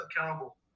accountable